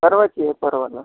परवाच येऊ परवाला